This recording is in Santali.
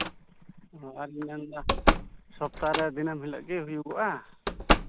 ᱟᱨᱤᱧ ᱢᱮᱱᱫᱟ ᱥᱚᱯᱛᱟᱨᱮ ᱫᱤᱱᱟᱹᱢ ᱦᱤᱞᱳᱜ ᱜᱮ ᱦᱩᱭᱩᱜᱼᱟ